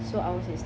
so ours is